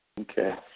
Okay